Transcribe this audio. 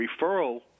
referral